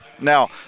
Now